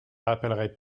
rappellerai